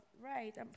right